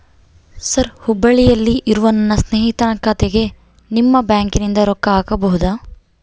Sir ಹುಬ್ಬಳ್ಳಿಯಲ್ಲಿ ಇರುವ ನನ್ನ ಸ್ನೇಹಿತನ ಖಾತೆಗೆ ನಿಮ್ಮ ಬ್ಯಾಂಕಿನಿಂದ ರೊಕ್ಕ ಹಾಕಬಹುದಾ?